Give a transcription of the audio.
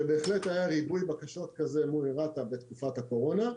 שבהחלט היה ריבוי בקשות כזה אל מול רת"א בתקופת הקורונה,